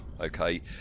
okay